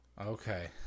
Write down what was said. Okay